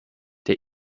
der